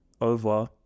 over